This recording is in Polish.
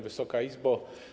Wysoka Izbo!